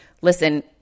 listen